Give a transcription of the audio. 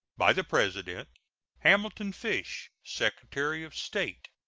by the president hamilton fish, secretary of state.